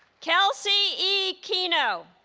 kelci e keeno